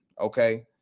okay